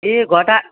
ए घटा